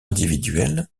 individuelles